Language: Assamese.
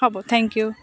হ'ব থেংক ইউ